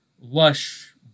lush